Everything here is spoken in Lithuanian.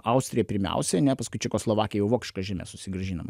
austrija pirmiausia ane paskui čekoslovakija jau vokiškas žemes susigrąžino